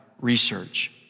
research